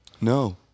No